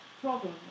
problem